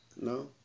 No